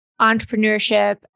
entrepreneurship